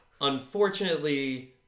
Unfortunately